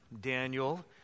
Daniel